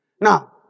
now